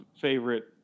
Favorite